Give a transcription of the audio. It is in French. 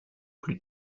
plus